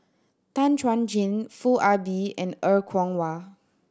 Tan Chuan Jin Foo Ah Bee and Er Kwong Wah